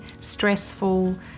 stressful